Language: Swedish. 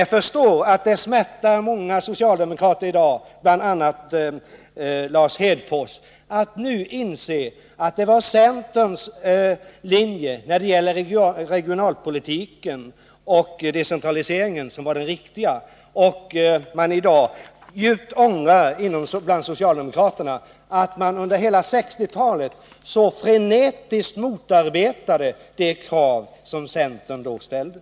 Jag förstår att det smärtar många socialdemokrater i dag, bland andra Lars Hedfors, att nu tvingas inse att det var centerns linje när det gäller regionalpolitiken och decentraliseringen som var den riktiga. Socialdemokraterna ångrar i dag djupt att de under hela 1960-talet så frenetiskt motarbetade de krav som centern då ställde.